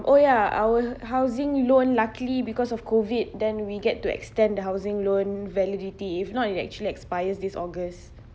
oh ya our housing loan luckily because of COVID then we get to extend the housing loan validity if not it actually expires this august